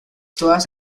todas